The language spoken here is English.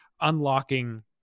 unlocking